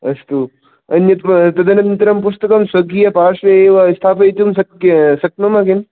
अस्तु अन्यत् तदनन्तरं पुस्तकं स्वकीय पार्श्वे एव स्थापयितुं शक्नुमः किम्